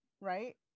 right